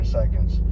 seconds